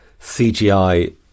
CGI